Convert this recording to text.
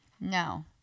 No